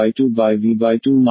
और ठीक वैसा ही हमारे पास है